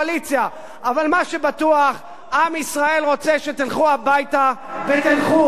אבל מה שבטוח: עם ישראל רוצה שתלכו הביתה ותלכו לבחירות.